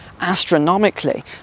astronomically